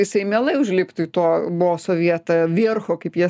jisai mielai užliptų į to boso vietą viercho kaip jie